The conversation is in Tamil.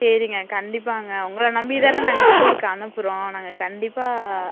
சரிங்க கண்டிப்பாங்க உங்களை நம்பி தானே நாங்கள் ஸ்கூலுக்கு அனுப்புகிறோம் நாங்கள் கண்டிப்பாக